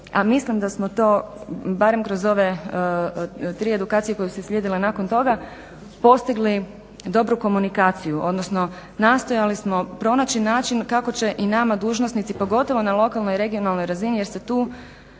a mislim da smo to barem kroz ove tri edukacije koje su slijedile nakon toga postigli dobru komunikaciju. Odnosno nastojali smo pronaći način kako će i nama dužnosnici pogotovo na lokalnoj, regionalnoj razini, jer se tu